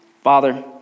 Father